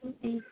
جی